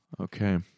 Okay